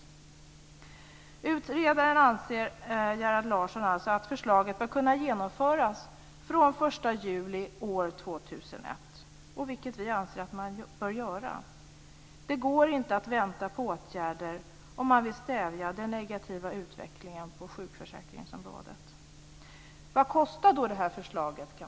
Utredaren, dvs. Gerhard Larsson, anser att förslaget bör kunna genomföras från den 1 juli år 2001, vilket vi anser att man bör göra. Det går inte att vänta på åtgärder om man vill stävja den negativa utvecklingen på sjukförsäkringsområdet. Vad kostar då detta förslag?